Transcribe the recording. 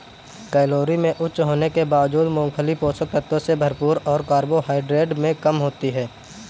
calorie में उच्च होने के बावजूद, मूंगफली पोषक तत्वों से भरपूर और कार्बोहाइड्रेट में कम होती है